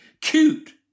Cute